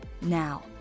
Now